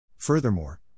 Furthermore